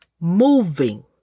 moving